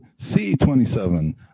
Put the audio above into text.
C27